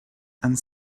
and